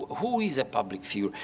who is a public figure?